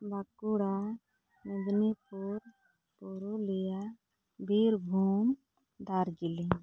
Bankura Medinipur Purulia Birbhum Darjeeling